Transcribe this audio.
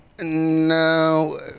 No